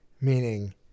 meaning